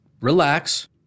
relax